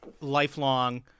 lifelong